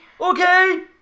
Okay